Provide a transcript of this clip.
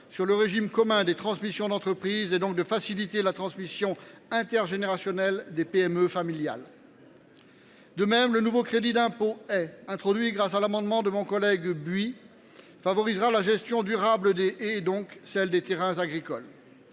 sur le régime commun des transmissions d’entreprises et, donc, à faciliter la transmission intergénérationnelle des PME familiales. De même, le nouveau crédit d’impôt « haies », introduit grâce à l’adoption de l’amendement de mon collègue Bernard Buis, favorisera la gestion durable des haies, donc celle des terrains agricoles.